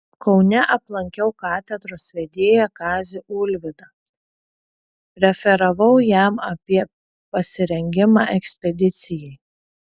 kaune aplankiau katedros vedėją kazį ulvydą referavau jam apie pasirengimą ekspedicijai